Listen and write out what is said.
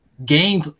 Game